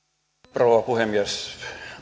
rouva puhemies